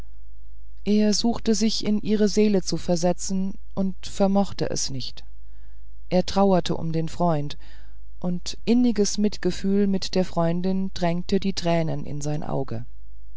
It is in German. er suchte sich in ihre seele zu versetzen und vermochte es nicht er trauerte um den freund und inniges mitgefühl mit der freundin drängte die tränen in sein auge